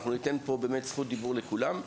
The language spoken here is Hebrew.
אנחנו ניתן פה באמת זכות דיבור לכולם,